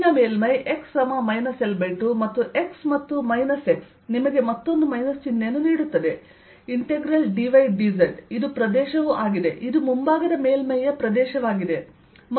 ಹಿಂದಿನ ಮೇಲ್ಮೈ x L2 ಮತ್ತು x ಮತ್ತು ಮೈನಸ್ x ನಿಮಗೆ ಮತ್ತೊಂದು ಮೈನಸ್ ಚಿಹ್ನೆಯನ್ನು ನೀಡುತ್ತದೆ ಇಂಟೆಗ್ರಲ್ dy dz ಇದು ಪ್ರದೇಶವೂ ಆಗಿದೆ ಇದು ಮುಂಭಾಗದ ಮೇಲ್ಮೈಯ ಪ್ರದೇಶವಾಗಿದೆ